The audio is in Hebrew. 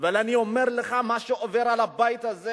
אבל אני אומר לך, מה שעובר על הבית הזה